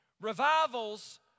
Revivals